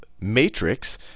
matrix